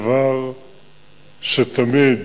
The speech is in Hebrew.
דבר שתמיד